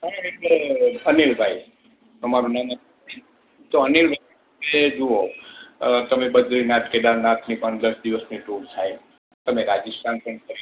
અ અ અનિલભાઈ તમારું નામ એમ તો અનિલભાઈ તો એ જુઓ અ તમે બદ્રીનાથ કેદારનાથની પણ દસ દિવસની ટુર થાય તમે રાજસ્થાન પણ ફરી શકો